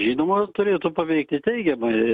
žinoma turėtų paveikti teigiamai